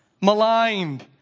maligned